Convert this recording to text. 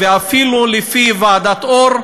ואפילו לפי ועדת אור,